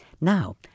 Now